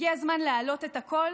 הגיע הזמן להעלות את הכול